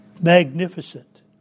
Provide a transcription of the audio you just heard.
magnificent